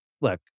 look